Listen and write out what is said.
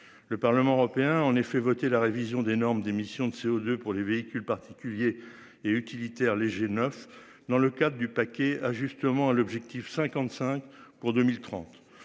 Le Parlement européen en effet voté la révision des normes d'émission de CO2 pour les véhicules particuliers et utilitaires légers neufs dans le cadre du paquet ajustement à l'objectif 55 pour 2030.